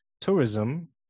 tourism